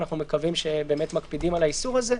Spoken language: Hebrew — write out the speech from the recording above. אנחנו מקווים שמקפידים על האיסור הזה,